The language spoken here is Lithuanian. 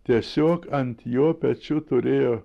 tiesiog ant jo pečių turėjo